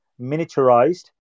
miniaturized